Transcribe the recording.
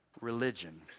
religion